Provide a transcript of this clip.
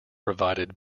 provided